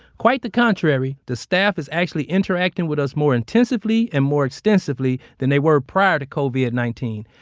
quite the contrary, the staff is actually interacting with us more intensively and more extensively than they were prior to covid nineteen.